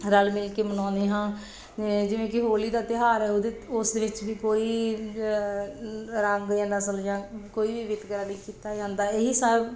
ਰਲ ਮਿਲ ਕੇ ਮਨਾਉਂਦੇ ਹਾਂ ਜਿਵੇਂ ਕਿ ਹੋਲੀ ਦਾ ਤਿਉਹਾਰ ਹੈ ਉਹਦੇ ਉਸ ਦੇ ਵਿੱਚ ਵੀ ਕੋਈ ਰੰਗ ਜਾਂ ਨਸਲ ਜਾਂ ਕੋਈ ਵੀ ਵਿਤਕਰਾ ਨਹੀਂ ਕੀਤਾ ਜਾਂਦਾ ਇਹੀ ਸਭ